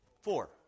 four